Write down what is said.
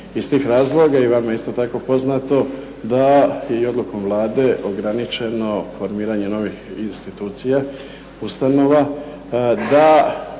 Iz tih razloga, i vama je isto tako poznato da i odlukom Vlade ograničeno formiranje novih institucija, ustanova, da